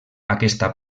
aquesta